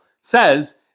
says